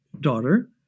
daughter